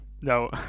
No